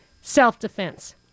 self-defense